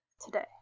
today